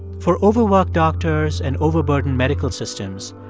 for overworked doctors and overburdened medical systems,